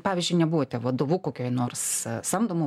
pavyzdžiui nebuvote vadovu kokioj nors samdomu